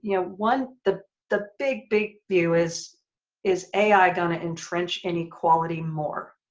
yeah one. the the big big view is is ai going to entrench inequality more.